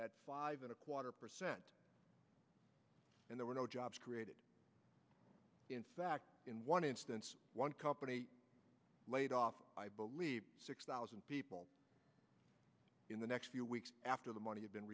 at five and a quarter percent and there were no jobs created in fact in one instance one company laid off i believe six thousand people in the next few weeks after the money